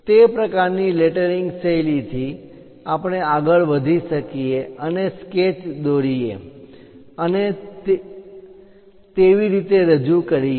તે પ્રકારની લેટરિંગ શૈલીથી આપણે આગળ વધી શકીએ અને સ્કેચ દોરી એ અને તેવી રીતે રજુ કરી શકીએ